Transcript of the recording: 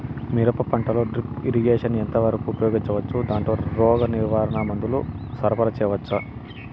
మిరప పంటలో drip irrigation ఎంత వరకు ఉపయోగించవచ్చు, దాంట్లో రోగ నివారణ మందుల ను సరఫరా చేయవచ్చా?